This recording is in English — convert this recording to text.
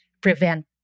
prevent